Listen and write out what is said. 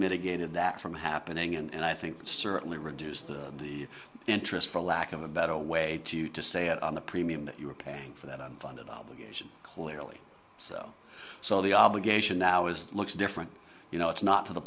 mitigated that from happening and i think certainly reduce the the interest for lack of a better way to to say it on the premium that you are paying for that unfunded obligation clearly so so the obligation now is it looks different you know it's not to the